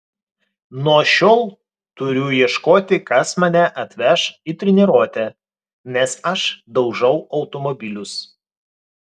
nuo šiol turiu ieškoti kas mane atveš į treniruotę nes aš daužau automobilius